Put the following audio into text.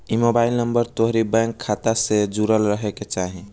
इ mobile number तोहरी bank खाता से जुड़ल रहे के चाही